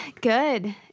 good